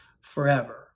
forever